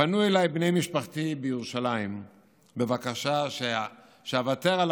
פנו אליי בני משפחתי בירושלים בבקשה שאוותר על